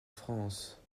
france